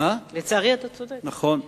נכון.